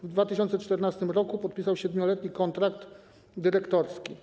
W 2014 r. podpisał 7-letni kontrakt dyrektorski.